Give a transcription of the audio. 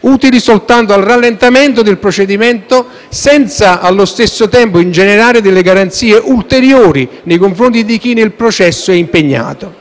utili soltanto al rallentamento del procedimento, senza allo stesso tempo ingenerare garanzie ulteriori nei confronti di chi nel processo è impegnato.